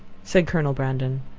said colonel brandon,